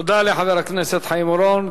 תודה לחבר הכנסת חיים אורון.